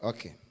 Okay